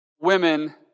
women